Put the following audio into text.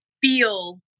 feel